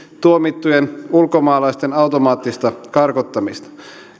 tuomittujen ulkomaalaisten automaattista karkottamista